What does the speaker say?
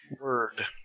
Word